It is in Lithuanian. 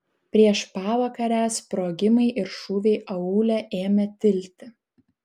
prieš pavakarę sprogimai ir šūviai aūle ėmė tilti